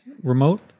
remote